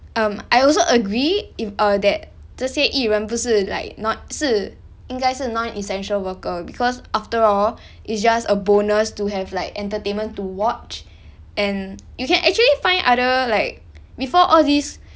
um I also agree if uh that 这些艺人不是 like not 是应该是 non essential worker because after all it's just a bonus to have like entertainment to watch and you can actually find other like before all these